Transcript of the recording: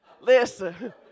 listen